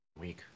Week